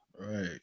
Right